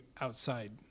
outside